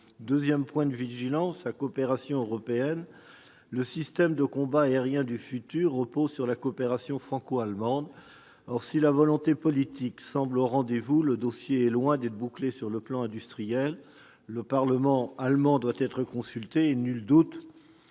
deuxième point de vigilance porte sur la coopération européenne. Le système de combat aérien du futur repose sur la coopération franco-allemande. Or si la volonté politique semble au rendez-vous, le dossier est loin d'être bouclé sur le plan industriel. Le parlement allemand doit être consulté : nul doute